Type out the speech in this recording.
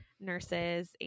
nurses